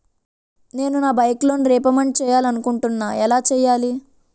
నేను నా bike loan repayment చేయాలనుకుంటున్నా ఎలా చేయాలి?